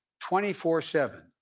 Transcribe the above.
24-7